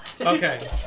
okay